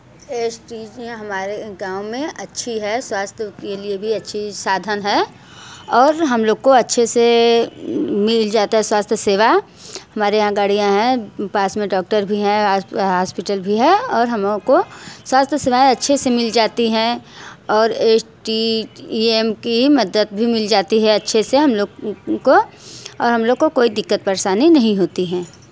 S T G ने हमारे गाँवों में अच्छी है स्वास्थ्य के लिए भी अच्छी साधन है और हम लोगों को अच्छे से मिल जाता है स्वास्थ्य सेवा हमारे यहाँ गाड़ियाँ है पास में डॉक्टर भी है हॉस्पि हॉस्पिटल भी है और हमको स्वास्थ्य सेवाएँ अच्छे से मिल जाती है और एस टी एम की मदद भी मिल जाती है अच्छे से हम लोग को और और हम लोगों को कोई दिक्कत परेशानी नहीं होती है